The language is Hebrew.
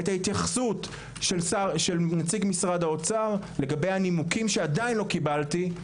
את ההתייחסות של נציג משרד האוצר לגבי הנימוקים שעדיין לא קיבלתי.